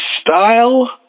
style